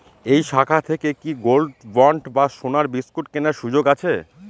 এই শাখা থেকে কি গোল্ডবন্ড বা সোনার বিসকুট কেনার সুযোগ আছে?